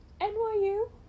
NYU